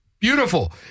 Beautiful